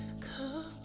come